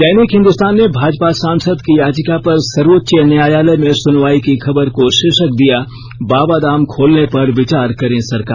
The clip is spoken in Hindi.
दैनिक हिंदुस्तान ने भाजपा सांसद की याचिका पर सर्वोच्च न्यायालय में सुनवाई की खबर को शीर्षक दिया बाबाधाम खोलने पर विचार करे सरकार